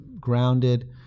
grounded